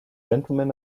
gentlemen